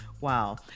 Wow